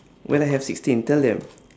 well I have sixteen tell them